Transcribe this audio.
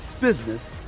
business